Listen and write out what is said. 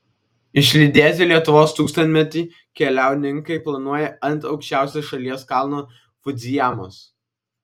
išlydėti lietuvos tūkstantmetį keliauninkai planuoja ant aukščiausio šalies kalno fudzijamos